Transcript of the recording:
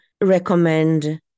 recommend